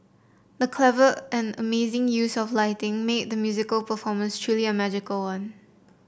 the clever and amazing use of lighting made the musical performance truly a magical one